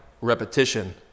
Repetition